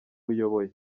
uyoboye